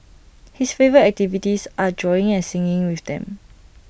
his favourite activities are drawing and singing with them